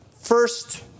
first